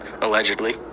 allegedly